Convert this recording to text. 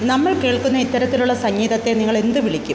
നമ്മൾ കേൾക്കുന്ന ഇത്തരത്തിലുള്ള സംഗീതത്തെ നിങ്ങൾ എന്ത് വിളിക്കും